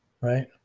right